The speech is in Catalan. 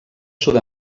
sud